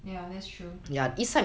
ya that's true ya